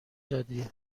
دادی